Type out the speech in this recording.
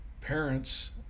parents